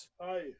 Hi